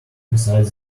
beside